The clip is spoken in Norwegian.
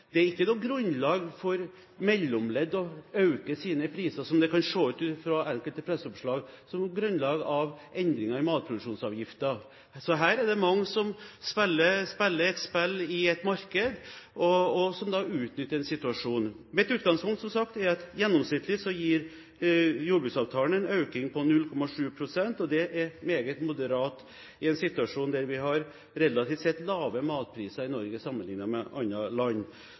det kan se ut som av enkelte presseoppslag, på grunn av endringer i matproduksjonsavgiften. Her er det mange som spiller et spill i et marked, og som utnytter denne situasjonen. Mitt utgangspunkt er som sagt at gjennomsnittlig gir jordbruksavtalen en økning på 0,7 pst. Det er meget moderat i en situasjon der vi har relativt sett lave matpriser i Norge sammenlignet med andre land.